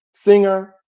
Singer